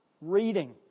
reading